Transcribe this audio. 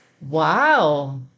Wow